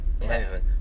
amazing